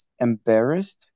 embarrassed